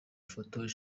photos